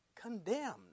condemned